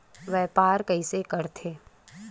व्यापार कइसे करथे?